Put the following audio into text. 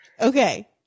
okay